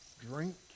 drink